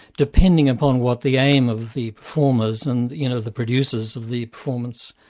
depending upon what the aim of the performers and you know the producers of the performance,